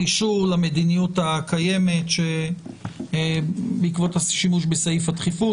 אישור למדיניות הקיימת בעקבות השימוש בסעיף הדחיפות.